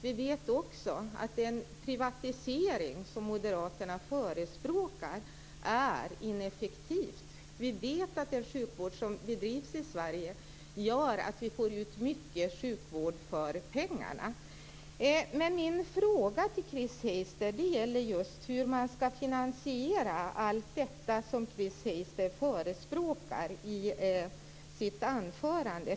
Vi vet också att den privatisering som moderaterna förespråkar är ineffektiv. Vi vet att den sjukvård som bedrivs i Sverige gör att vi får ut mycket sjukvård för pengarna. Min fråga till Chris Heister gäller just hur man ska finansiera allt detta som hon förespråkar i sitt anförande.